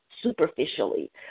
superficially